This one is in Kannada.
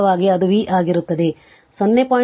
ಸರಳವಾಗಿ ಅದು v ಆಗಿರುತ್ತದೆ 0